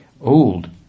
Old